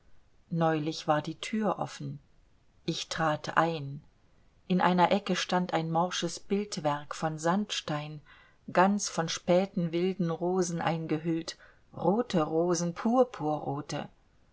neulich war die tür offen ich trat ein in einer ecke stand ein morsches bildwerk von sandstein ganz von späten wilden rosen eingehüllt rote rosen